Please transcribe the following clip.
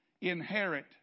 inherit